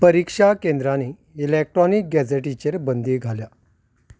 परिक्षा केंद्रांनी इलॅक्ट्रॉनीक गॅझेटीचेर बंदी घाल्या